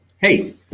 Hey